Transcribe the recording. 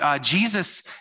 Jesus